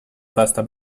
pasta